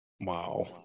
Wow